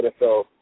NFL